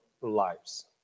lives